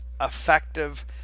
effective